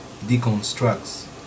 deconstructs